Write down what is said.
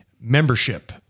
membership